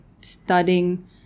studying